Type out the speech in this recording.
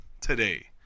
today